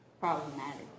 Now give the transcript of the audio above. problematic